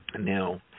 Now